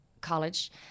college